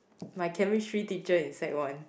my chemistry teacher in sec one